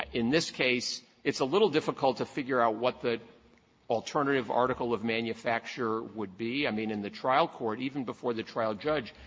in this case it's a little difficult to figure out what the alternative article of manufacture would be. be. i mean, in the trial court even before the trial judge,